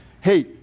Hey